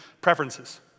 preferences